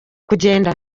kugenda